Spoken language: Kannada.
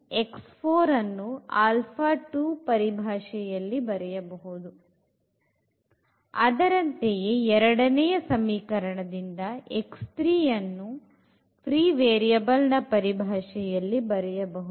ಹಾಗಾಗಿ ಅನ್ನು alpha 2 ಪರಿಭಾಷೆಯಲ್ಲಿ ಬರೆಯಬಹುದು ಅದರಂತೆಯೇ ಎರಡನೇ ಸಮೀಕರಣದಿಂದ ಅನ್ನು free variable ನ ಪರಿಭಾಷೆಯಲ್ಲಿ ಬರೆಯಬಹುದು